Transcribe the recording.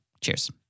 Cheers